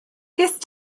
gest